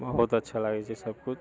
बहुत्त अच्छा लागैत छै सभ किछु